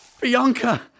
Bianca